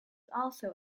also